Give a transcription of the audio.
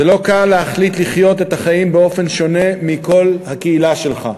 זה לא קל להחליט לחיות את החיים באופן שונה מכל הקהילה שלך.